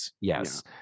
Yes